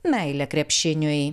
meile krepšiniui